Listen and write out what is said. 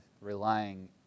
relying